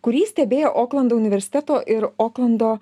kurį stebėjo oklando universiteto ir oklando